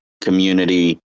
community